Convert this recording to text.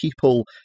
people